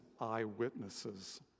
eyewitnesses